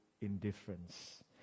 indifference